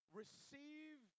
receive